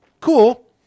cool